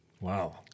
wow